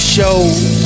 Show